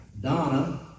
Donna